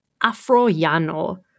Afroiano